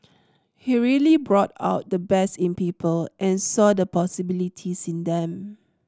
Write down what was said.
he really brought out the best in people and saw the possibilities in them